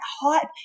hype